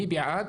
מי בעד?